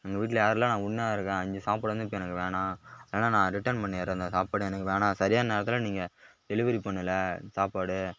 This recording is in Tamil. எங்கள் வீட்டில யாருமில்லை நான் ஒன்றா இருக்கேன் அஞ்சு சாப்பாடு வந்து இப்போ எனக்கு வேணாம் வேணாம் நான் ரிட்டன் பண்ணிடுறேன் அந்த சாப்பாடு எனக்கு வேணாம் சரியான நேரத்தில் நீங்கள் டெலிவரி பண்ணலை சாப்பாடு